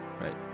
Right